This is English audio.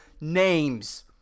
names